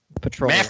Patrol